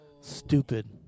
Stupid